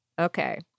Okay